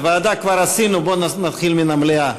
בוועדה כבר עשינו, בוא נתחיל מהמליאה.